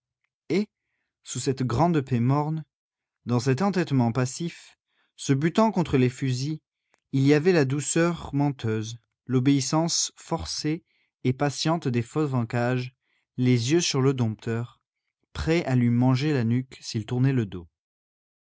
et sous cette grande paix morne dans cet entêtement passif se butant contre les fusils il y avait la douceur menteuse l'obéissance forcée et patiente des fauves en cage les yeux sur le dompteur prêts à lui manger la nuque s'il tournait le dos